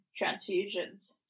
transfusions